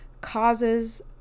causes